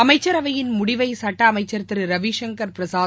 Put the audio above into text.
அமைச்சரவையின் முடிவை சட்ட அமைச்சர் திரு ரவிசங்கர் பிரசாத்